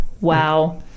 Wow